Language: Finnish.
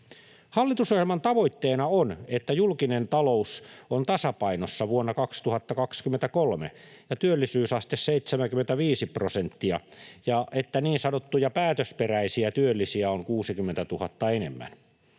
Hallitusohjelman tavoitteena on, että julkinen talous on tasapainossa vuonna 2023 ja työllisyysaste 75 prosenttia ja että niin sanottuja päätösperäisiä työllisiä on 60 000 enemmän.